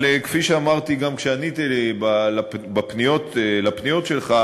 אבל כפי שאמרתי גם כשעניתי על הפניות שלך,